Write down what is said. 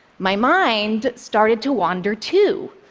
my mind started to wander, too.